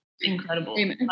incredible